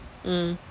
mm